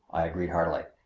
i agreed heartily.